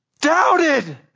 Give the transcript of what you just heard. Doubted